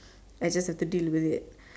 I just have to deal with it